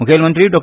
मुखेलमंत्री डॉ